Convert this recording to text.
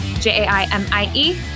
j-a-i-m-i-e